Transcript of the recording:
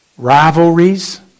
Rivalries